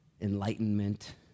enlightenment